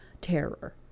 terror